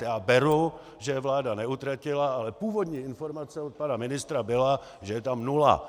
Já beru, že je vláda neutratila, ale původní informace od pana ministra byla, že je tam nula.